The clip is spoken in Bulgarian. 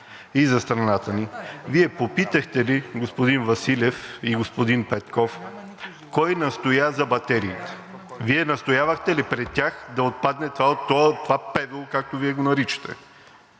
и за страната ни: Вие попитахте ли господин Василев и господин Петков кой настоя за батериите? Вие настоявахте ли при тях да отпадне това от ПВУ, както Вие го наричате?